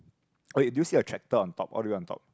oh wait do you see a tractor on top all the way on top